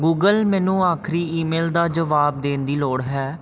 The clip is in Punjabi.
ਗੂਗਲ ਮੈਨੂੰ ਆਖਰੀ ਈਮੇਲ ਦਾ ਜਵਾਬ ਦੇਣ ਦੀ ਲੋੜ ਹੈ